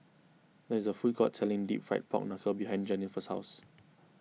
there is a food court selling Deep Fried Pork Knuckle behind Jennifer's house